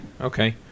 Okay